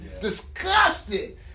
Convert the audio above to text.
Disgusted